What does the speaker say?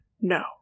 no